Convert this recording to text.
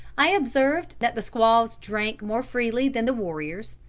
i observed that the squaws drank more freely than the warriors,